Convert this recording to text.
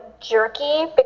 jerky